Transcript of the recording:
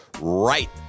right